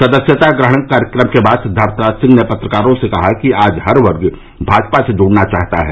सदस्यता ग्रहण कार्यक्रम के बाद सिद्वार्थनाथ सिंह ने पत्रकारों से कहा कि आज हर वर्ग भाजपा से जुड़ना चाहता है